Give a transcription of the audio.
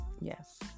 Yes